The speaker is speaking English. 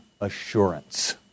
assurance